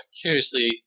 curiously